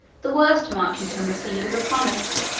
the worst mark you can receive is a promise,